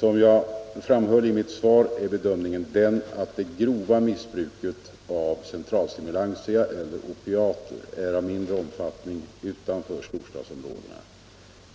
Som jag framhöll i mitt svar är bedömningen den att det grova miss bruket av centralstimulantia eller opiater är av mindre omfattning utanför storstadsområdena.